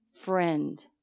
friend